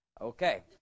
Okay